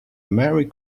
merry